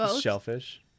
shellfish